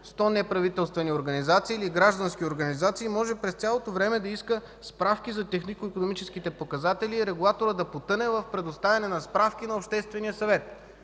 100 неправителствени или граждански организации може през цялото време да иска справки за технико-икономическите показатели и регулаторът да потъне в предоставяне на справки на обществения съвет.